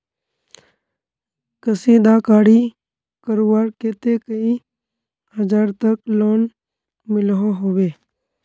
कशीदाकारी करवार केते कई हजार तक लोन मिलोहो होबे?